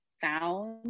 found